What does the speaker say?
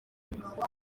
ushize